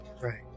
Right